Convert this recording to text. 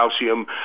calcium